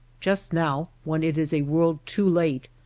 just now, when it is a world too late,